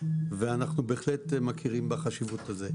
ואנחנו בהחלט מכירים בחשיבות של זה.